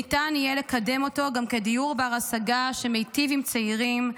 ניתן יהיה לקדם אותו גם כדיור בר-השגה שמיטיב עם צעירים.